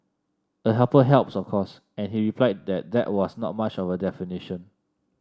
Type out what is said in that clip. a helper helps of course and he replied that that was not much of a definition